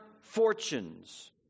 fortunes